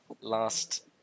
last